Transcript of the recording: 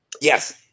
Yes